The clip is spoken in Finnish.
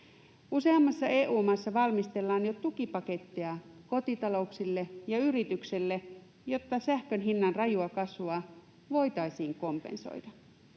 Useammassa EU-maassa valmistellaan jo tukipaketteja kotitalouksille ja yrityksille, jotta sähkön hinnan rajua kasvua voitaisiin kompensoida.